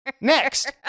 Next